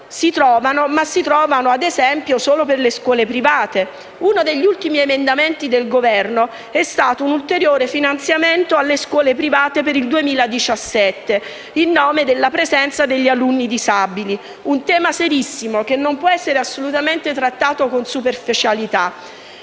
Governo si trovano, ma solo per le scuole private. Uno degli ultimi emendamenti presentati dal Governo ha previsto un ulteriore finanziamento alle scuole private per il 2017, in nome della presenza degli alunni disabili. È un tema serissimo che non può essere trattato con superficialità,